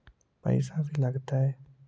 पैसा भी लगतय?